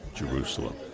Jerusalem